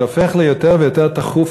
זה הופך ליותר ויותר תכוף,